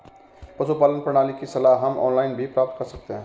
पशुपालन प्रणाली की सलाह हम ऑनलाइन भी प्राप्त कर सकते हैं